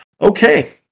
Okay